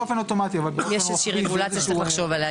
יש איזושהי רגולציה שנחשוב עליה.